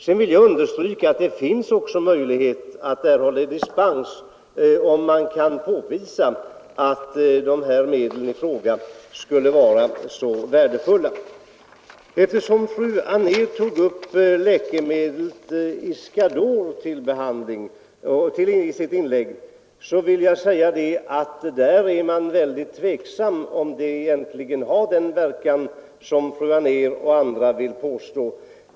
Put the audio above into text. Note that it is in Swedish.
Jag vill understryka att det också finns möjlighet att erhålla dispens, om det kan påvisas att medlen i fråga är värdefulla. Jag skulle eftersom fru Anér tog upp läkemedlet Iscador i sitt inlägg vilja säga att man är tveksam, huruvida det medlet egentligen har den verkan som fru Anér och andra vill påstå.